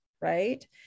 right